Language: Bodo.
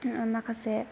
माखासे